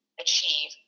achieve